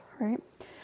right